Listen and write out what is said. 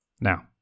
now